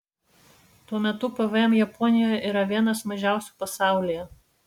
tuo metu pvm japonijoje yra vienas mažiausių pasaulyje